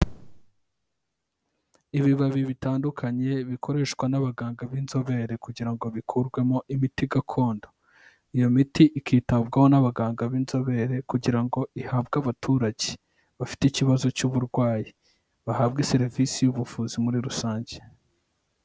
Ibibabi bitandukanye bikoreshwa n'abaganga b'inzobere kugira ngo bikurwemo imiti gakondo. Iyo miti ikitabwaho n'abaganga b'inzobere kugira ngo ihabwe abaturage bafite ikibazo cy'uburwayi bahabwe serivisi y'ubuvuzi muri rusange.